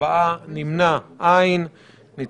4 נמנעים, אין ההסתייגות בסעיף 4 לא אושרה.